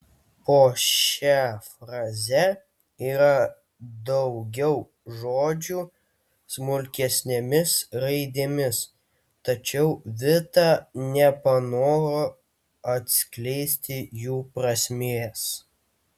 po šia fraze yra daugiau žodžių smulkesnėmis raidėmis tačiau vita nepanoro atskleisti jų prasmės